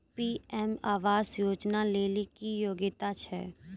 PM आवास योजना लेली की योग्यता छै?